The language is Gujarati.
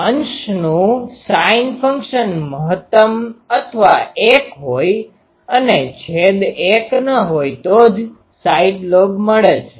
અંશનુ sin ફંક્શન મહત્તમ અથવા 1 હોઈ અને છેદ 1 ન હોઈ તો જ સાઈડ લોબ મળે છે